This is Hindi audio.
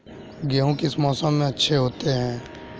गेहूँ किस मौसम में अच्छे होते हैं?